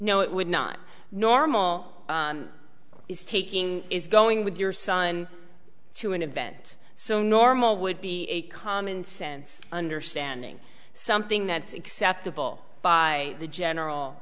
release no it would not normally is taking is going with your son to an event so normal would be a common sense understanding something that's acceptable by the general